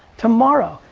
tomorrow,